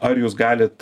ar jūs galit